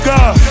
God